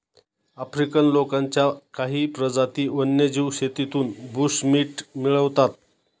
African लोकांच्या काही प्रजाती वन्यजीव शेतीतून बुशमीट मिळवतात